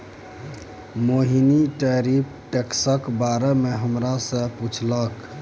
मोहिनी tariff टैक्सक बारे मे हमरा सँ पुछलक